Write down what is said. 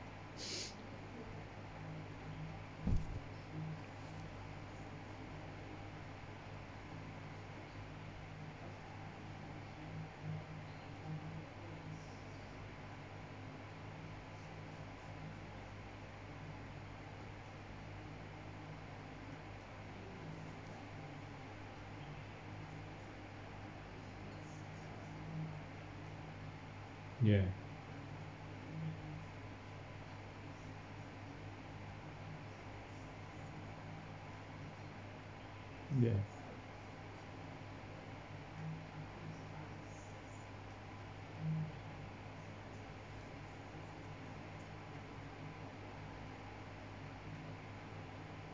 ya ya